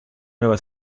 nueva